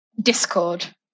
discord